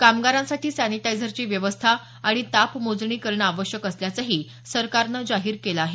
कामगारांसाठी सॅनिटायझरची व्यवस्था आणि तापमोजणी करणं आवश्यक असल्याचंही सरकारनं जाहीर केलं आहे